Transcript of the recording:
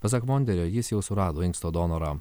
pasak voderio jis jau surado inksto donorą